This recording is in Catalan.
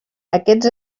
aquests